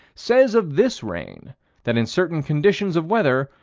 says of this rain that in certain conditions of weather,